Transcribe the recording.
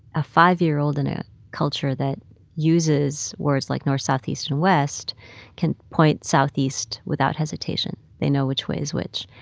a five year old in a culture that uses words like north, south, east and west can point southeast without hesitation. they know which way is which.